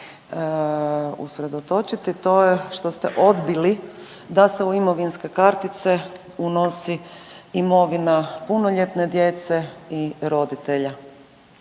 usredotočiti, to je što ste odbili da se u imovinske kartice unosi imovina punoljetne djece i roditelja.